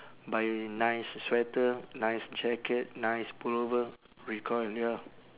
buy nice sweater nice jacket nice pullover recoil ya